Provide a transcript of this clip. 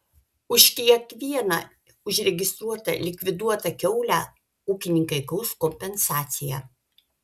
už kiekvieną užregistruotą likviduotą kiaulę ūkininkai gaus kompensaciją